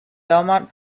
belmont